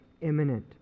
imminent